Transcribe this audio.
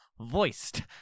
voiced